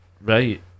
Right